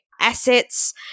Assets